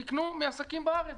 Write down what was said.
תקנו מעסקים בארץ.